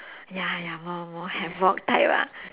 ya ya more more havoc type ah